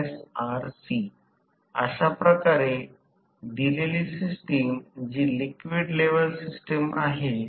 तर कमी स्लिप वर काहे अंदाजे संबंध आहे म्हणून प्रेरण मोटरची रेट केलेल्या पूर्ण भार स्लिप च्या आसपास अगदी कमी आहे